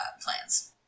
plans